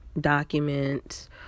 documents